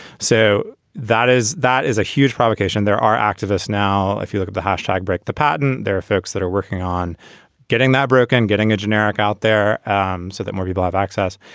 so that is that is a huge provocation. there are activists now if you look at the hashtag, break the patent. there are folks that are working on getting that broke and getting a generic out there um so that more people have access.